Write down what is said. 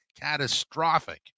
catastrophic